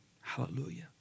Hallelujah